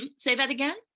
um say that again?